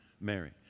Mary